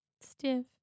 Stiff